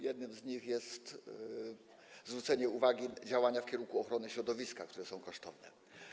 Jednym z nich jest zwrócenie uwagi na działania w kierunku ochrony środowiska, które są kosztowne.